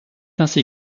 ainsi